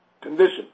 condition